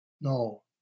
No